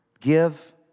Give